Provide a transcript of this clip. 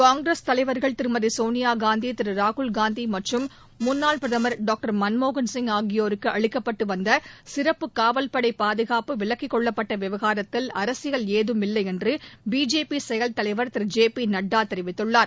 காங்கிரஸ் தலைவர்கள் திருமதி சோனியாகாந்தி திரு ராகுல்காந்தி மற்றும் முன்னாள் பிரதமர் டாக்டர் மன்மோகன்சிங் ஆகியோருக்கு அளிக்கப்பட்டு வந்த சிறப்பு காவல்படை பாதுகாப்பு விலக்கிக் கொள்ளப்பட்ட விவகாரத்தில் அரசியல் ஏதம் இல்லை என்று பிஜேபி செயல் தலைவர் திரு ஜே பி நட்டா தெரிவித்துள்ளார்